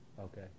Okay